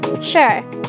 sure